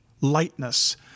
lightness